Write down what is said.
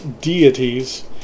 deities